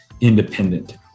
independent